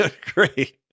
great